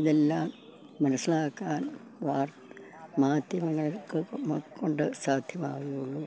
ഇതെല്ലാം മനസ്സിലാക്കാൻ മാധ്യമങ്ങളെ കൊണ്ടേ സാധ്യമാകുകയുള്ളൂ